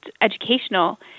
educational